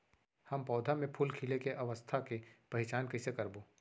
हम पौधा मे फूल खिले के अवस्था के पहिचान कईसे करबो